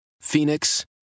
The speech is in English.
Phoenix